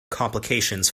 complications